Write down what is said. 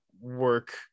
work